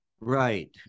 right